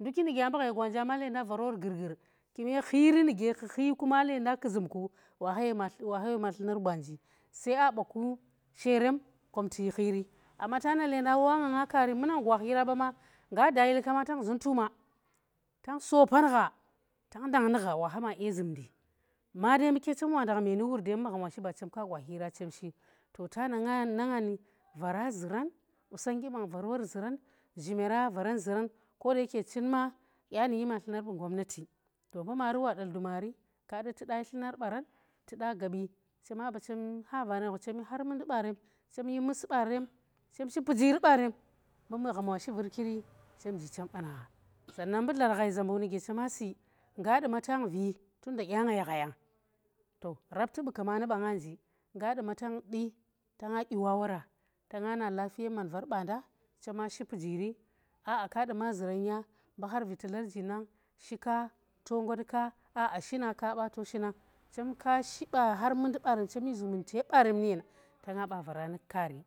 nduki nu gya mbu ghai gwaanja ma var wor gur gur, kune khiiri nu ge ku khi kuma ku zum ku wa ha ye wor ma tlumar gwanji sai a ba ku sheren kom tu shi khiri amma ta na lenda wa nga da ye likama tang zuntuma, tang sopan gha, tang ndakh meeni wur dai mbu magham wa she ba chem ke gwa khira chem shi to tana nana nga ni vaara zuran qusongnggi bang var wor zuran zhimara vaaran zuran kodayake chi ma danu yima tlumar bu gwamnati mbu maari wadal dumari ka di tuda shi tlumar baran tu da gabi choma ba chem kha varen gha, chem shi har mundi baren chem shi musi baaren, chem shi pujiri baaren, mbu magham wa shi virkir chem ji chem qan gha sannan mbu dlar ghai zambuk nu ge chema si nga dima tang vi tunda dya nga ye ghayang to rapti bu kumandi banga nje, nga duma tangdi tanga dyiwa wora tang na lafiye man vaanda, chema shi pijiri a a ka duma zuranya, mbu har viti larji nang, shi ka tong wot ka a shina kaa ba to shinang. chem shi ɓa khah baren nu yen tanga ba vaara nu kaari